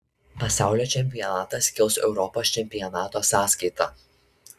pasaulio čempionatas kils europos čempionato sąskaita